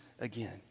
again